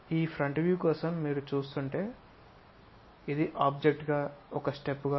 ఈ front view కోసం మీరు చూస్తుంటే మనం చూడబోయేది ఇది ఆబ్జెక్ట్ గా ఒక స్టెప్ గా